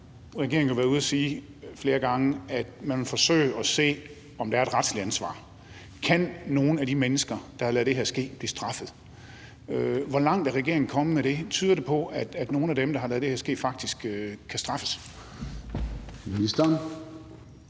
regeringen jo været ude at sige flere gange, at man vil forsøge at se, om der er et retsligt ansvar: Kan nogle af de mennesker, der har ladet det her ske, blive straffet? Hvor langt er regeringen kommet med det? Tyder det på, at nogle af dem, der har ladet det her ske, faktisk kan straffes?